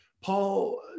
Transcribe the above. Paul